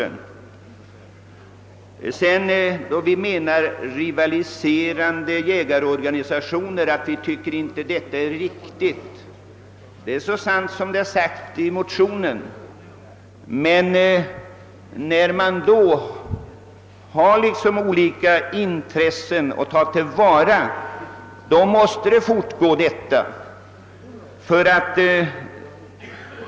Den rivalitet vi anser finnas mellan jägarorganisationerna har vi i motionen betecknat som olycklig, men den beror på att de har så att säga olika jägarintressen att tillvarataga.